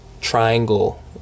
triangle